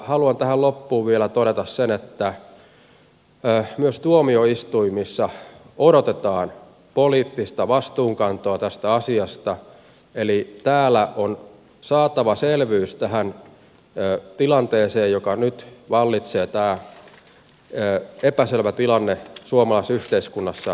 haluan tähän loppuun vielä todeta sen että myös tuomioistuimissa odotetaan poliittista vastuunkantoa tästä asiasta eli täällä on saatava selvyys tähän tilanteeseen joka nyt vallitsee tähän epäselvään tilanteeseen suomalaisessa yhteiskunnassa